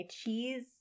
cheese